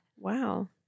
Wow